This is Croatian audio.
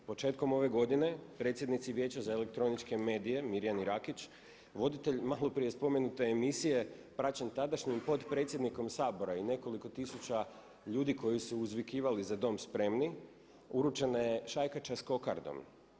Početkom ove godine predsjednici Vijeća za elektroničke medije Mirjani Rakić voditelj maloprije spomenute emisije praćen tadašnjim potpredsjednikom Sabora i nekoliko tisuća ljudi koji su uzvikivali „Za Dom spremni“ uručena je šajkača sa kokardom.